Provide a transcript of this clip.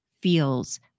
feels